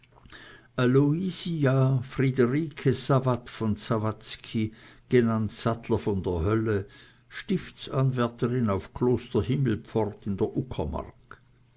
sawat von sawatzki genannt sattler von der hölle stiftsanwärterin auf kloster himmelpfort in der